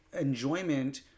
enjoyment